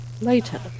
later